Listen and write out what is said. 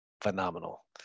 phenomenal